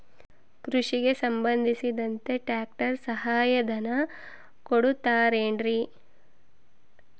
ಕೃಷಿಗೆ ಸಂಬಂಧಿಸಿದಂತೆ ಟ್ರ್ಯಾಕ್ಟರ್ ಸಹಾಯಧನ ಕೊಡುತ್ತಾರೆ ಏನ್ರಿ?